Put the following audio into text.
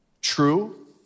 true